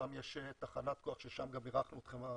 שם יש תחנת כוח ששם גם אירחנו אתכם בזמנו.